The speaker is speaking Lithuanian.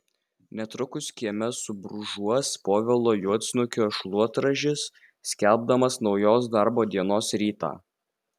netrukus kieme subrūžuos povilo juodsnukio šluotražis skelbdamas naujos darbo dienos rytą